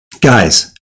Guys